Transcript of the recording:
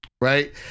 right